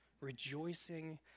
rejoicing